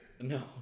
No